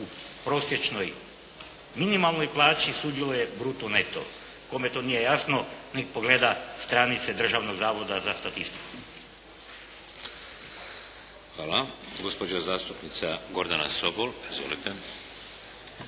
u prosječnoj minimalnoj plaći sudjeluje bruto neto. Kome to nije jasno nek pogleda stranice Državnog zavoda za statistiku. **Šeks, Vladimir (HDZ)** Hvala. Gospođa zastupnica Gordana Sobol. Izvolite.